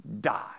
die